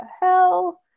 hell